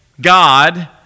God